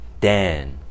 Dan